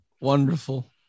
wonderful